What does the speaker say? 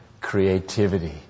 creativity